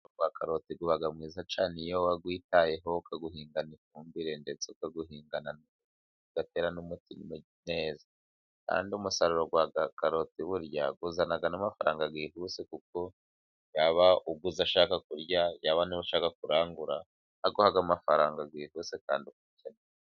Umurima wa karoti uba mwiza cyane iyo wawitayeho ukawuhingana ifumbire, ndetse ukawuhingana ugaterana n'umuti neza. Kandi umusaruro wa karoti burya uzana amafaranga yihuse, kuko yaba uguze ashaka kurya yaba n' ushaka kurangura aguha amafaranga yihuse kandi uyakeneye.